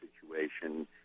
situation